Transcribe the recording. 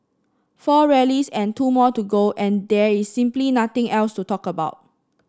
four rallies and two more to go and there is simply nothing else to talk about